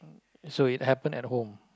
so it happened at home